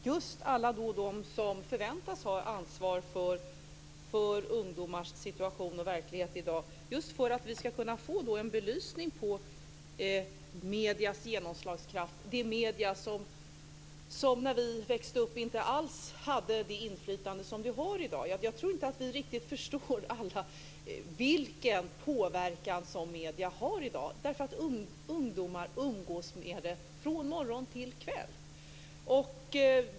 Herr talman! Just alla som förväntas ha ansvar för ungdomars situation och verklighet i dag skulle behöva få en belysning av mediernas genomslagskraft, de medier som när vi växte upp inte alls hade det inflytande som de har i dag. Jag tror inte att vi alla riktigt förstår vilken påverkan som medierna har i dag, då ungdomarna umgås med dem från morgon till kväll.